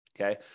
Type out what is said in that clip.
Okay